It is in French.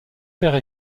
père